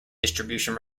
distribution